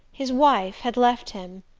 his wife had left him,